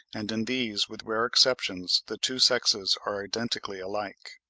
and in these, with rare exceptions, the two sexes are identically alike.